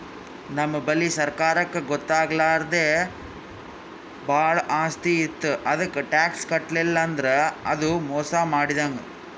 ನಮ್ ಬಲ್ಲಿ ಸರ್ಕಾರಕ್ಕ್ ಗೊತ್ತಾಗ್ಲಾರ್ದೆ ಭಾಳ್ ಆಸ್ತಿ ಇತ್ತು ಅದಕ್ಕ್ ಟ್ಯಾಕ್ಸ್ ಕಟ್ಟಲಿಲ್ಲ್ ಅಂದ್ರ ಅದು ಮೋಸ್ ಮಾಡಿದಂಗ್